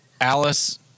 Alice